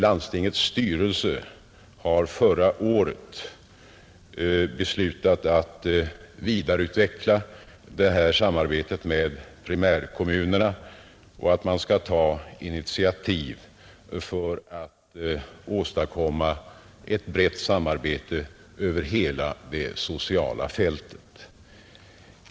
Landstingsförbundet beslöt förra året rekommendera landstingen att vidareutveckla detta samarbete med primärkommunerna och ta initiativ för att åstadkomma ett brett samarbete över hela det sociala fältet.